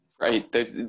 Right